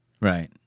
Right